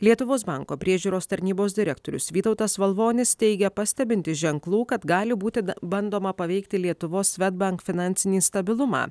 lietuvos banko priežiūros tarnybos direktorius vytautas valvonis teigia pastebintis ženklų kad gali būti da bandoma paveikti lietuvos svedbank finansinį stabilumą